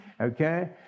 Okay